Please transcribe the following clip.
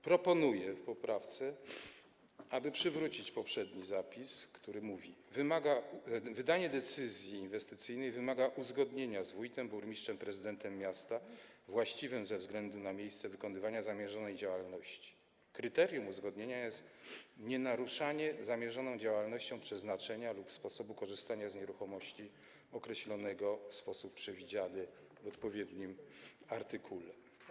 Proponuję w poprawce, aby przywrócić poprzedni zapis, który mówi: wydanie decyzji inwestycyjnej wymaga uzgodnienia z wójtem, burmistrzem, prezydentem miasta właściwym ze względu na miejsce wykonywania zamierzonej działalności; kryterium uzgodnienia jest nienaruszanie zamierzoną działalnością przeznaczenia lub sposobu korzystania z nieruchomości określonego w sposób przewidziany w odpowiednim artykule.